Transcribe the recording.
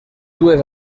dues